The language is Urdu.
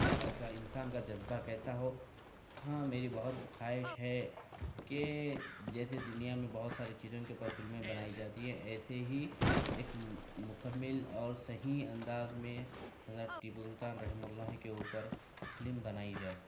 کا کا انسان کا جذبہ کیسا ہو ہاں میری بہت خواہش ہے کہ جیسے دنیا میں بہت ساری چیزوں کے اوپر فلمیں بنائی جاتی ہے ایسے ہی ایک مکمل اور صحیح انداز میں حضرت ٹیپو سلطان رحمہ اللہ کے اوپر فلم بنائی جائے